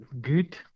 Good